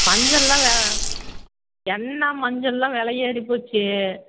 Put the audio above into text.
மஞ்சளெலாம் வே எண்ணெய் மஞ்சளெலாம் விலை ஏறி போச்சு